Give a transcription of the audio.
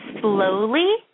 slowly